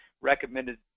recommended